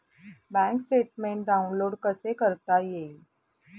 Bank statement download कसे करता येईल?